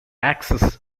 access